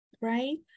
right